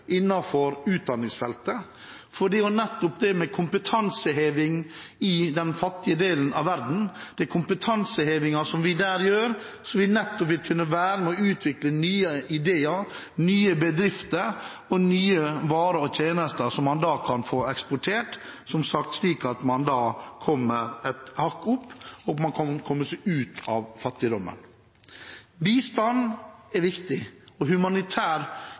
utdanningsfeltet. For det er nettopp den kompetansehevingen vi gjør i den fattige delen av verden, som vil kunne være med på å utvikle nye ideer, nye bedrifter og nye varer og tjenester, som man da kan få eksportert, slik at man kommer et hakk opp og kan komme seg ut av fattigdommen. Bistand er viktig, og humanitær